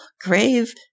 grave